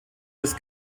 des